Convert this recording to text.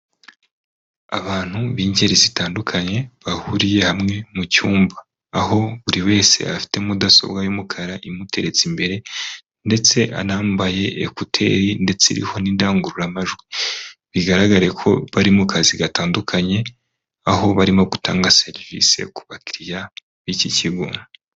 Abantu b'ingeri zitandukanye bahuriye hamwe mu cyumba, aho buri wese afite mudasobwa y'umukara imuteretse imbere ndetse anambaye ekuteri ndetse iriho n'indangururamajwi, bigaragare ko bari mu kazi gatandukanye, aho barimo gutanga serivisi ku bakiriya b'iki kigo.